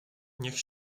niech